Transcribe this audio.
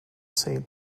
saint